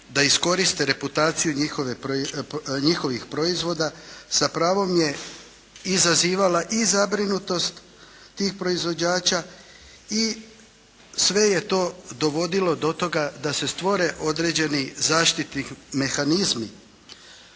da iskoriste reputaciju njihovih proizvoda sa pravom je izazivala i zabrinutost tih proizvođača i sve je to dovodilo do toga da se stvore određeni zaštitni mehanizmi.